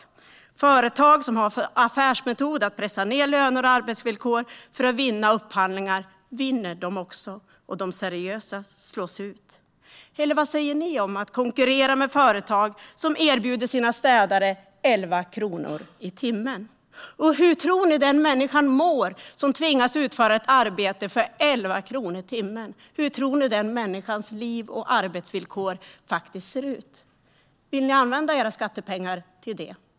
Det är företag som har som affärsmetod att pressa ned löner och arbetsvillkor för att vinna upphandlingar som vinner, och de seriösa slås ut. Eller vad säger ni om att konkurrera med företag som erbjuder sina städare 11 kronor i timmen? Och hur tror ni att den människan mår som tvingas utföra ett arbete för 11 kronor i timmen? Hur tror ni att den människans liv och arbetsvillkor faktiskt ser ut? Vill ni använda era skattepengar till det här?